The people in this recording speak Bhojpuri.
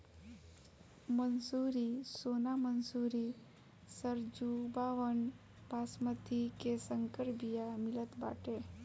मंसूरी, सोना मंसूरी, सरजूबावन, बॉसमति के संकर बिया मितल बाटे